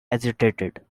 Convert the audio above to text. agitated